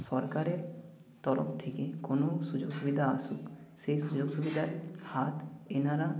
সরকারের তরফ থেকে কোনও সুযোগ সুবিধা আসুক সেই সুযোগ সুবিধার হাত এনারা